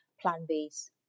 plant-based